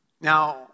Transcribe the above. Now